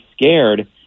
scared